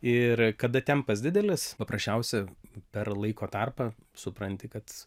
ir kada tempas didelis paprasčiausia per laiko tarpą supranti kad